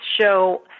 show